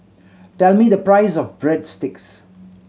tell me the price of Breadsticks